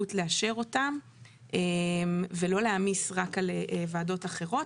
מהירות לאשר אותם ולא להעמיס רק על ועדות אחרות,